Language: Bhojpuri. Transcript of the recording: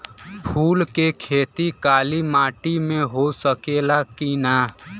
फूल के खेती काली माटी में हो सकेला की ना?